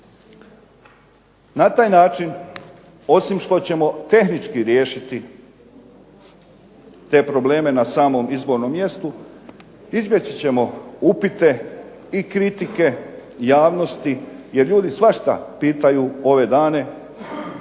Na taj način osim što ćemo tehnički riješiti te probleme na samom izbornom mjestu, izbjeći ćemo upite i kritike javnosti jer ljudi svašta pitaju ove dane, pitaju